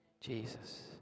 Jesus